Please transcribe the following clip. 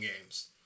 games